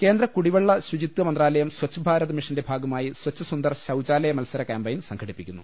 കേന്ദ്ര കുടിവെള്ള ശുചിത്വ മന്ത്രാലയം സ്വച്ച്ഭാരത് മിഷന്റെ ഭാഗമായി സ്വച് സുന്ദർ ശൌചാലായ മത്സര് കാമ്പയിൻ സംഘടിപ്പിക്കുന്നു